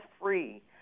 free